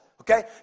Okay